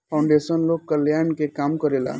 foundation लोक कल्याण के काम करेला